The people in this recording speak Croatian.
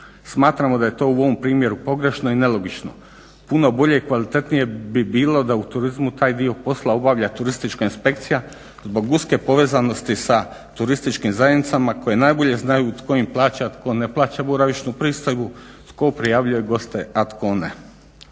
Smatramo da je to u ovom primjeru pogrešno i nelogično. Puno bolje i kvalitetnije bi bilo da u turizmu taj dio posla obavlja turistička inspekcija zbog uske povezanosti sa turističkim zajednicama koje najbolje znaju tko im plaća a tko ne plaća boravišnu pristojbu, tko prijavljuje goste a tko ne.